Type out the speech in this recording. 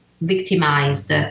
victimized